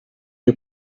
you